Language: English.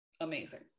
Amazing